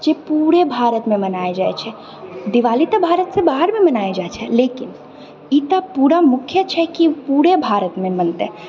जे पूरे भारतमे मनायल जाइ छै दिवाली तऽ भारतसँ बाहर भी मनायल जाइ छै लेकिन ई तऽ पूरा मुख्य छै की पूरे भारतमे मनतै